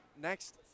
next